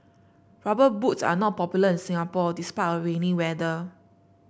rubber boots are not popular in Singapore despite our rainy weather